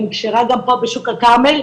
אני כשרה גם פה בשוק הכרמל,